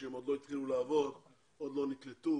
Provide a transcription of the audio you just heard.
שהם עוד לא התחילו לעבוד ועוד דלא נקלטו